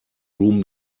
room